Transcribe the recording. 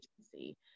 agency